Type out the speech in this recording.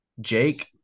Jake